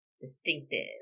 distinctive